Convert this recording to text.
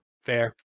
fair